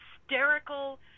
hysterical